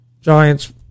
Giants